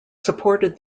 supported